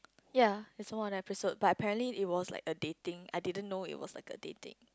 ye I saw one of the episode but apparently it was like a dating I didn't know it was like a dating